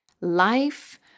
life